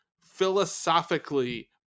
philosophically